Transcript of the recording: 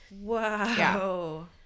Wow